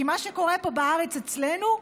כי מה שקורה פה בארץ אצלנו,